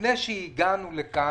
לפני שהגענו לכאן,